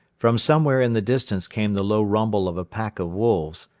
from somewhere in the distance came the low rumble of a pack of wolves,